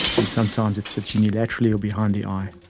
and sometimes it sits unilaterally or behind the eye.